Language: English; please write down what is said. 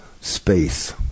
space